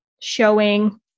showing